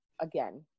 again